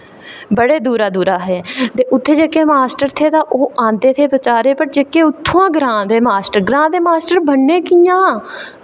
बड़े दूरा दूरा थे ते उत्थें जेह्के मास्टर थे ओह् आंदे थे बेचारे पर जेह्के उत्थें ग्रांऽ दे मास्टर ग्रांऽ दे मास्टर बनने कि'यां